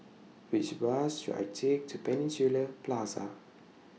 Which Bus should I Take to Peninsula Plaza